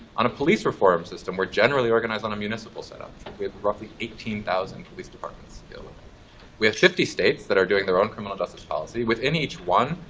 on a police reform system, we're generally organized on a municipal set-up. we have roughly eighteen thousand police departments to deal with. we have fifty states that are doing their own criminal justice policy. within each one,